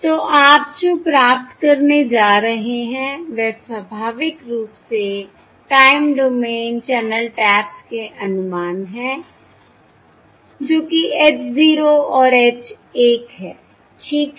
तो आप जो प्राप्त करने जा रहे हैं वह स्वाभाविक रूप से टाइम डोमेन चैनल टैप्स के अनुमान है जो कि h 0 और h 1 है ठीक है